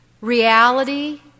reality